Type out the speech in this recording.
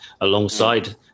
alongside